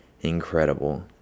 incredible